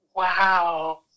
Wow